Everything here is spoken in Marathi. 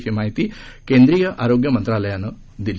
अशी माहिती केंद्रीय आरोग्यमंत्रालयानं दिली